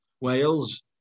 Wales